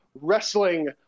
Wrestling